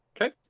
Okay